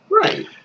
Right